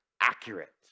accurate